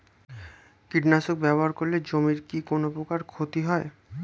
কীটনাশক ব্যাবহার করলে জমির কী কোন প্রকার ক্ষয় ক্ষতি হয়?